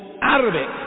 Arabic